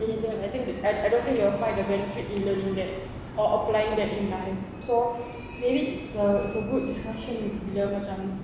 and ya I think I don't don't think they will find the benefit in learning that or applying that in life so maybe it's a it's a good discussion bila macam